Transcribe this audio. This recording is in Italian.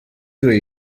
due